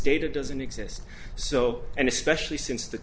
it doesn't exist so and especially since the